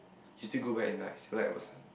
you still go back and like select a person